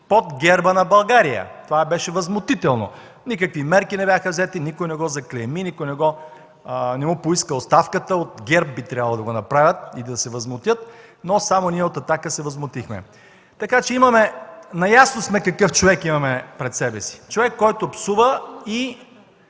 под герба на България. Това беше възмутително. Никакви мерки не бяха взети, никой не го заклейми, никой не му поиска оставката. От ГЕРБ би трябвало да го направят и да се възмутят, но само ние от „Атака” се възмутихме. Така че наясно сме какъв човек имаме пред себе си – човек, който псува и